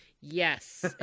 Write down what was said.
yes